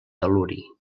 tel·luri